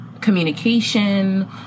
communication